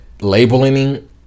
labeling